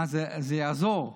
אה, זה יעזור?